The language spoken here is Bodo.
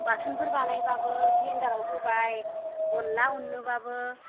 बाथोनफोर बानायबाबो ग्रेन्दडाराव होबाय अनला अनबाबो